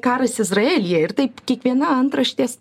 karas izraelyje ir taip kiekviena antraštės